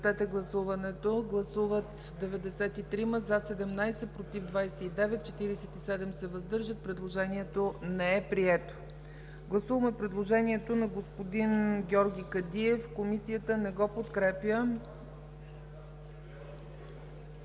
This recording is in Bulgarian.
Гласуваме предложението на господин Георги Кадиев. Комисията не подкрепя